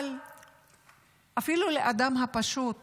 אבל אפילו לאדם הפשוט